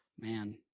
Man